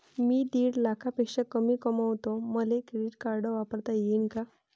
मी दीड लाखापेक्षा कमी कमवतो, मले क्रेडिट कार्ड वापरता येईन का?